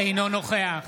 אינו נוכח